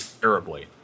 terribly